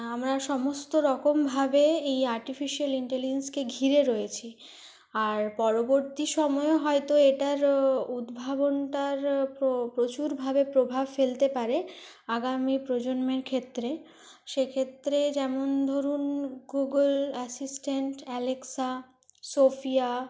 আমরা সমস্তরকমভাবে এই আর্টিফিশিয়াল ইন্টেলিজেন্সকে ঘিরে রয়েছি আর পরবর্তী সময়েও হয়তো এটার উদ্ভাবনটার প্রচুরভাবে প্রভাব ফেলতে পারে আগামী প্রজন্মের ক্ষেত্রে সেক্ষেত্রে যেমন ধরুন গুগল অ্যাসিস্ট্যান্ট অ্যালেক্সা সোফিয়া